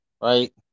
right